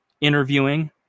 interviewing